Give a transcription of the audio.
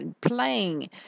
playing